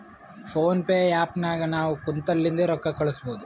phone pay app ನಾಗ್ ನಾವ್ ಕುಂತಲ್ಲಿಂದೆ ರೊಕ್ಕಾ ಕಳುಸ್ಬೋದು